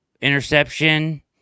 interception